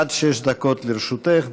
עד שש דקות לרשותך.